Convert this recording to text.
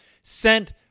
sent